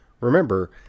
Remember